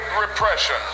repression